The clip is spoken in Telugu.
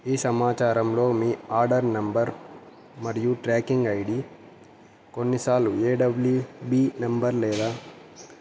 ఈ సమాచారంలో మీ ఆర్డర్ నంబర్ మరియు ట్రాకింగ్ ఐడి కొన్నిసార్లు ఏ డబ్ల్యూ బి నంబర్ లేదా